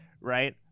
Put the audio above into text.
right